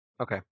Okay